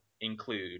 include